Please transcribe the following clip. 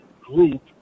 group